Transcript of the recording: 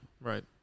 Right